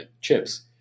chips